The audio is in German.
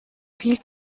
viel